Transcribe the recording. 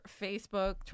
Facebook